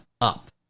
up